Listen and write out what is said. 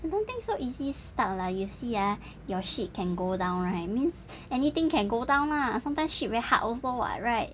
I don't think so easy stuck lah you see ah your shit can go down right means anything can go down lah sometimes shit very hard also [what] right